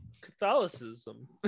Catholicism